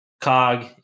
Cog